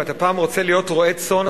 אם אתה רוצה פעם להיות רועה צאן,